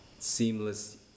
Seamless